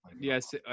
Yes